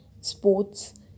sports